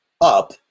up